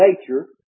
nature